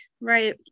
right